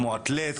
כמו אתלט,